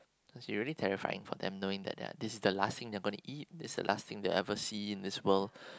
it's already terrifying for them knowing that they are this is the last thing they're gonna eat this is the last thing they'll ever see in this world